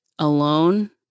alone